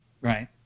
Right